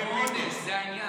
זה עונש, זה העניין.